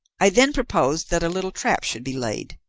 i then proposed that a little trap should be laid,